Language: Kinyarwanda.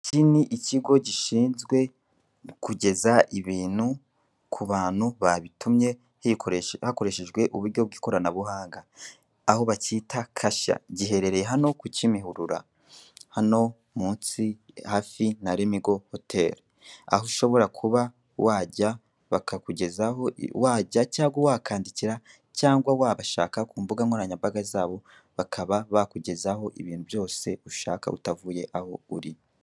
Ubwo wibajije ikoranabuhanga ni byiza cyane kuko nanone ukugira ubunebwe ntabwo ujya uva mu rugo ngo ubashe kutemberera n'ahantu dutuye uko hameze ariko nanone birafasha niyo unaniwe ntabwo ushobora kuva iwanyu unaniwe cyangwa utashye bwije ngo ujye ku isoko guhaha. Nkuko ubibone iki ni ikirango kerekana imyenda y'iminyarwanda n'inkweto zikorerwa mu rwanda nawe wabyihangira